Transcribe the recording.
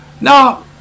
now